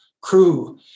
crew